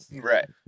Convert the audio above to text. Right